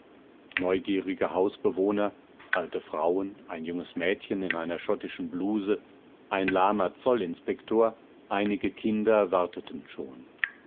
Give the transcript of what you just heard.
neugierige hausbewohner alte frauen ein junges mädchen in einer schottischen bluse ein lahmer zollinspektor einige kinder warteten schon